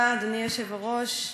אדוני היושב-ראש,